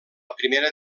primera